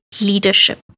leadership